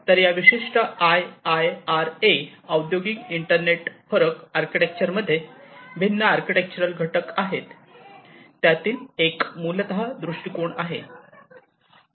तर या विशिष्ट आयआयआरए औद्योगिक इंटरनेट फरक आर्किटेक्चरमध्ये भिन्न आर्किटेक्चरल घटक आहेत त्यातील एक मूलतः दृष्टिकोन आहे